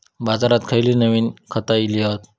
बाजारात खयली नवीन खता इली हत?